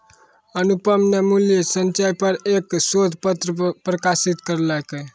अनुपम न मूल्य संचय पर एक शोध पत्र प्रकाशित करलकय